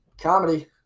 Comedy